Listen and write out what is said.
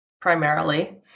primarily